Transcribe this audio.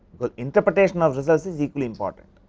but interpretation of result is equally important.